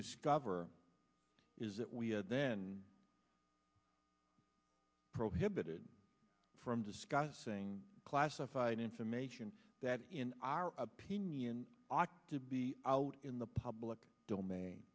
discover is that we had then prohibited from discussing classified information that in our opinion ought to be out in the public domain